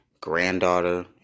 granddaughter